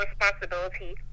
responsibility